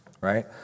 right